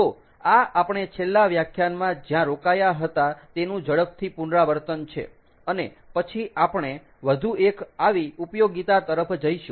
તો આ આપણે છેલ્લા વ્યાખ્યાનમાં જ્યાં રોકાયા હતા તેનું ઝડપથી પુનરાવર્તન છે અને પછી આપણે વધુ એક આવી ઉપયોગીતા તરફ જઈશું